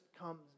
comes